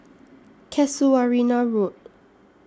Casuarina Road